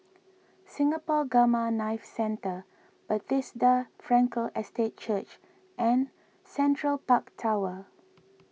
Singapore Gamma Knife Centre Bethesda Frankel Estate Church and Central Park Tower